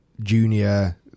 junior